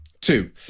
two